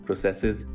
processes